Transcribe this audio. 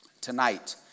tonight